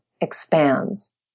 expands